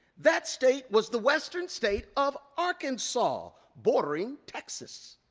that state was the western state of arkansas bordering texas.